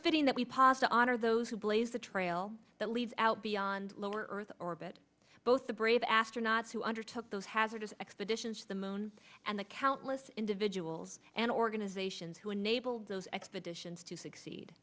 fitting that we pasta honor those who blazed a trail that leads out beyond low earth orbit both the brave astronaut who undertook those hazardous expeditions to the moon and the countless individuals and organizations who enabled those expeditions to succeed